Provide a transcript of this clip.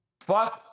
fuck